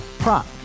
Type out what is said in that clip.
Prop